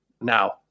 now